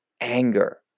anger